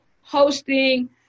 Hosting